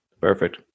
Perfect